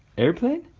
airplane?